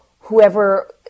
whoever